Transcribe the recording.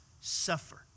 suffer